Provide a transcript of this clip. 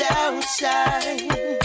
outside